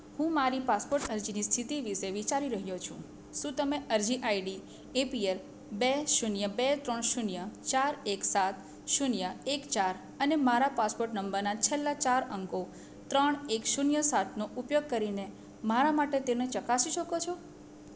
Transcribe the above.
હું મારી પાસપોર્ટ અરજીની સ્થિતિ વિશે વિચારી રહ્યો છું શું તમે અરજી આઈડી એપીએલ બે શૂન્ય બે ત્રણ શૂન્ય ચાર એક સાત શૂન્ય એક ચાર અને મારા પાસપોટ નંબરના છેલ્લા ચાર અંકો ત્રણ એક શૂન્ય સાતનો ઉપયોગ કરીને મારા માટે તેને ચકાસી શકો છો